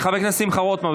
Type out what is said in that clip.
חבר הכנסת שמחה רוטמן,